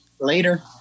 Later